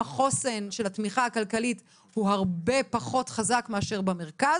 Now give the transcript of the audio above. החוסן של התמיכה הכלכלית חזק פחות מאשר במרכז.